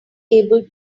able